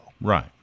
Right